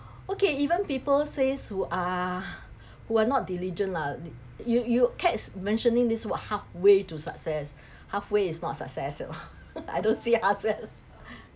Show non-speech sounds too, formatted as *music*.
okay even people say who are who are not diligent lah you you kept mentioning this what halfway to success halfway is not success you know *laughs* I don't see *laughs* ask them